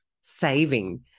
saving